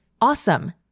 Awesome